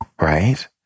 right